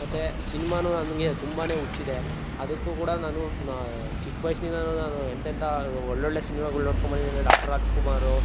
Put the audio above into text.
ಮತ್ತೆ ಸಿನಿಮಾನು ನನಗೆ ತುಂಬನೇ ಹುಚ್ಚಿದೆ ಅದಕ್ಕೂ ಕೂಡ ನಾನು ಚಿಕ್ಕ ವಯಸ್ನಿಂದಲು ನಾನು ಎಂಥೆಂಥ ಒಳ್ಳೊಳ್ಳೆ ಸಿನ್ಮಾಗಳು ನೋಡ್ಕೊಂಡು ಬಂದಿದ್ದೀನಿ ಅಂದರೆ ಡಾಕ್ಟರ್ ರಾಜ್ಕುಮಾರು